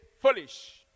foolish